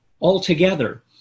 altogether